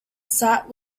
sat